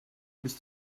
bis